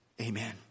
Amen